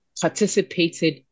participated